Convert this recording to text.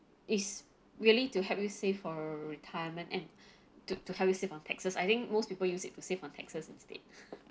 is really to help you save for retirement and to to help you save on taxes I think most people use it to save on taxes instead